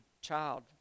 child